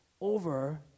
over